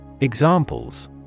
Examples